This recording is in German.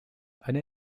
eine